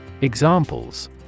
Examples